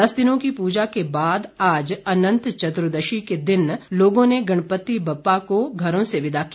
दस दिनों की पूजा के बाद आज अनंत चतुर्दशी के दिन लोगों ने गणपति बप्पा को घरों से विदा किया